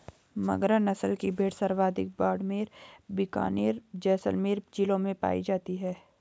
मगरा नस्ल की भेड़ सर्वाधिक बाड़मेर, बीकानेर, जैसलमेर जिलों में पाई जाती है